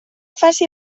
faci